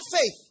faith